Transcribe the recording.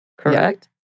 Correct